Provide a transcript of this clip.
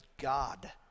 God